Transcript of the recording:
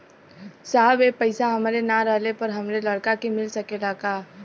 साहब ए पैसा हमरे ना रहले पर हमरे लड़का के मिल सकेला का?